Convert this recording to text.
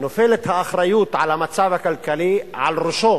נופלת האחריות למצב הכלכלי על ראשו